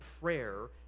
prayer